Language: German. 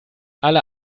alle